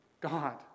God